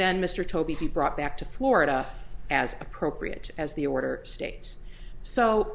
then mr toby be brought back to florida as appropriate as the order states so